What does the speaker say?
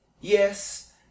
Yes